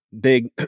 big